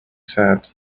said